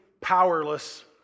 powerless